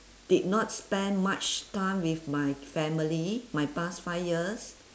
did not spend much time with my family my past five years